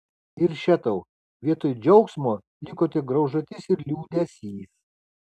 ir še tau vietoj džiaugsmo liko tik graužatis ir liūdesys